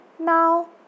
Now